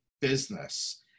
business